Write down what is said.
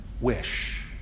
wish